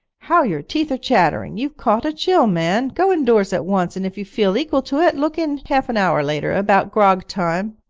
how your teeth are chattering you've caught a chill, man go indoors at once and, if you feel equal to it, look in half an hour later about grog time,